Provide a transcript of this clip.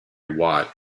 watt